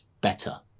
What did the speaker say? better